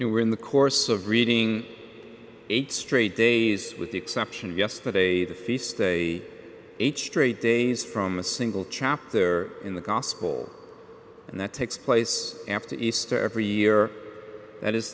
nowhere in the course of reading eight straight days with the exception of yesterday the feast day eight straight days from a single chapter in the gospel and that takes place after easter every year that is